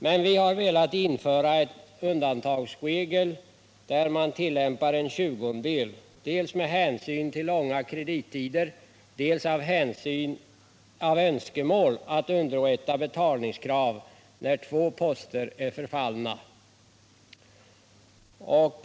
Men vi har velat införa en undantagsregel, där man tillämpar en tjugondel, dels med hänsyn till långa kredittider, dels av önskemål att underlätta betalningskrav när två poster är förfallna.